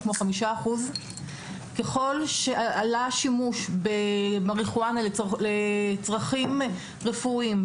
כמו 5%. ככל שעלה השימוש במריחואנה לצרכים רפואיים,